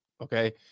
okay